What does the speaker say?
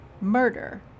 murder